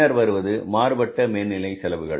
பின்னர் வருவது மாறுபட்ட மேனிலை செலவுகள்